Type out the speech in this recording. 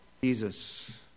Jesus